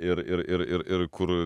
ir ir ir ir ir kur